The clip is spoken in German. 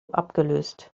abgelöst